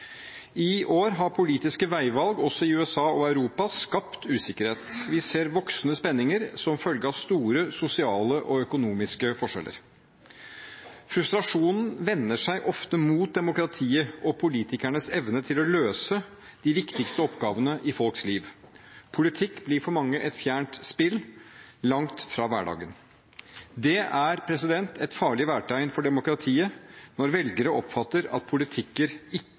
I år har politiske veivalg også i USA og Europa skapt usikkerhet. Vi ser voksende spenninger som følge av store sosiale og økonomiske forskjeller. Frustrasjonen vender seg ofte mot demokratiet og politikernes evne til å løse de viktigste oppgavene i folks liv. Politikk blir for mange et fjernt spill, langt fra hverdagen. Det er et farlig værtegn for demokratiet når velgere oppfatter at politikken ikke leverer svar. Vi har klart oss bedre i